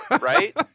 right